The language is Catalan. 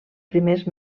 primers